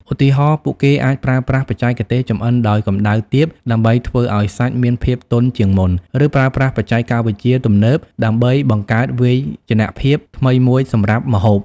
ឧទាហរណ៍ ពួកគេអាចប្រើប្រាស់បច្ចេកទេសចម្អិនដោយកម្ដៅទាបដើម្បីធ្វើឲ្យសាច់មានភាពទន់ជាងមុន ឬប្រើប្រាស់បច្ចេកវិទ្យាទំនើបដើម្បីបង្កើតវាយនភាពថ្មីមួយសម្រាប់ម្ហូប។